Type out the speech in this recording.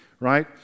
right